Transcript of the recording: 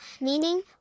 meaning